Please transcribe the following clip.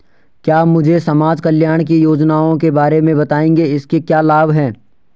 क्या मुझे समाज कल्याण की योजनाओं के बारे में बताएँगे इसके क्या लाभ हैं?